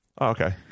okay